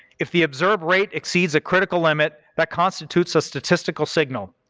if the observed rate exceeds a critical limit that constitutes a statistical signal.